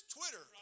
Twitter